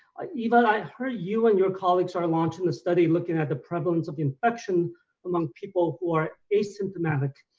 eva, i heard you and your colleagues are launching a study looking at the prevalence of infection among people who are asymptomatic.